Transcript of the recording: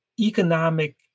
economic